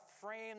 frame